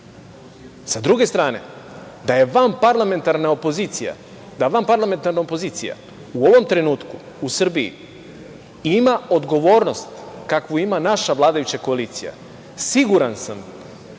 Sa druge strane, da vanparlamentarna opozicija u ovom trenutku u Srbiji ima odgovornost kakvu ima naša vladajuća koalicija, siguran sam da